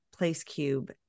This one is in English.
PlaceCube